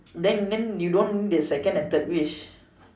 then then you don't get a second and third wish